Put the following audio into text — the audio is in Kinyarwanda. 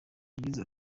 yagize